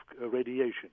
radiation